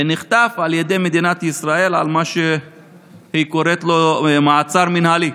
נחטף על ידי מדינת ישראל למה שהיא קוראת לו מעצר מינהלי.